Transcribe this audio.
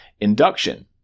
induction